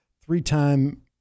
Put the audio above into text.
three-time